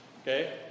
Okay